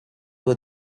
you